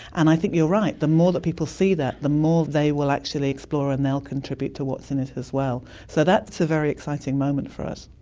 and i think you're right, the more that people see that, the more they will actually explore and they'll contribute to what's in it as well. so that's a very exciting moment for us.